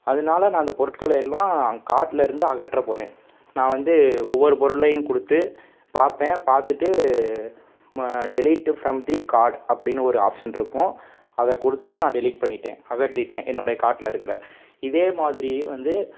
அதனால் நான் அந்தப் பொருட்களை எல்லாம் நான் கார்ட்டில் இருந்து அகற்றப் போகிறேன் நான் வந்து ஒவ்வொரு பொருளையும் கொடுத்து பார்த்தேன் பார்த்துட்டு ம டெலிட்டு ஃபிரம் தி கார்ட் அப்படின்னு ஒரு ஆப்சன் இருக்கும் அதை கொடுத்துட்டு நான் டெலிட் பண்ணிட்டேன் அகற்றிட்டேன் என்னோடய கார்ட்டில் இருக்கின்ற இதேமாதிரியே வந்து